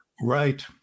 Right